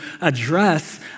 address